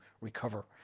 recover